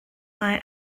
mae